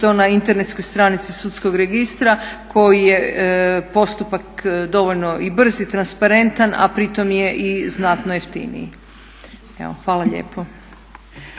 to na internetskoj stranici sudskog registra koji je postupak dovoljno i brz i transparentan a pri tome je i znatno jeftiniji. Evo, hvala lijepo.